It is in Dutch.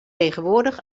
tegenwoordig